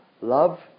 love